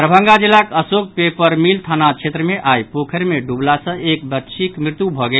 दरभंगा जिलाक Ashok paper mill थाना क्षेत्र मे आइ पोखरि मे डूबला सॅ एक बच्चीक मृत्यु भऽ गेल